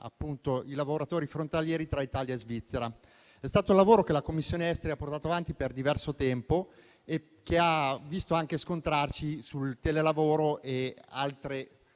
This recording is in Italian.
i lavoratori frontalieri tra Italia e Svizzera. È stato un lavoro che la Commissione affari esteri ha portato avanti per diverso tempo e che ha visto anche scontrarci sul telelavoro e su altre